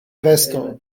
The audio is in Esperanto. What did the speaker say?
vesto